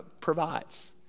provides